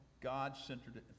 God-centered